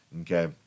okay